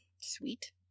Sweet